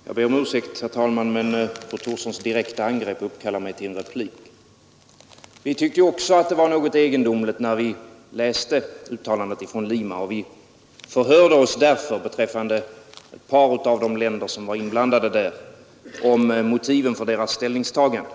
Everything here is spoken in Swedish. Herr talman! Jag ber om ursäkt, men fru Thorssons direkta angrepp uppkallade mig till en replik. Vi tyckte också att det var något egendomligt när vi läste uttalandet från Lima, och vi förhörde oss därför beträffande ett par av de länder som var inblandade där om motiven för deras ställningstagande.